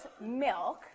milk